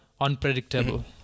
unpredictable